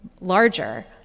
larger